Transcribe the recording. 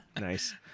nice